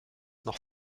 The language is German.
noch